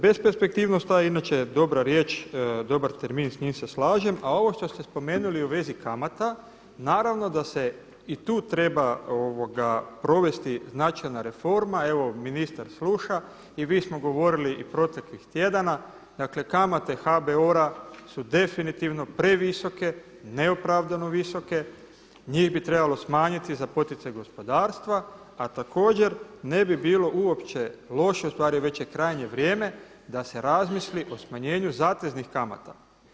Besperspektivnost, ta je inače dobra riječ, dobar termin, s njim se slažem, a ovo što ste spomenuli u vezi kamata, naravno da se i tu treba provesti značajna reforma, evo ministar sluša i mi smo govorili i proteklih tjedana, dakle kamate HBOR-a su definitivno previsoke, neopravdano visoke, njih bi trebalo smanjiti za poticaj gospodarstva a također ne bi bilo uopće loše, ustvari već je krajnje vrijeme da se razmisli o smanjenju zateznih kamata.